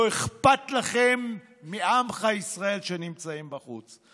לא אכפת לכם מעמך ישראל שנמצאים בחוץ.